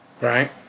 right